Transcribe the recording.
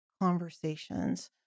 conversations